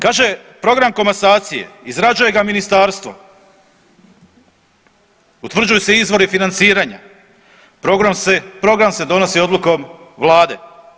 Kaže program komasacije izrađuje ga ministarstvo, utvrđuju se izvori financiranja, program se, program se donosi odlukom vlade.